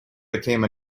became